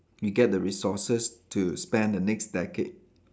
you get the resources to spend the next decade